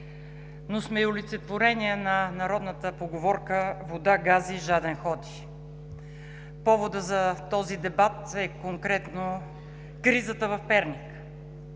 но сме и олицетворение на народната поговорка „Вода гази, жаден ходи!“ Поводът за този дебат е конкретно кризата в Перник,